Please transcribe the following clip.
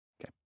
Okay